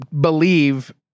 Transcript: believe